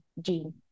gene